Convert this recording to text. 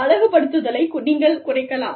அழகுபடுத்துதலை நீங்கள் குறைக்கலாம்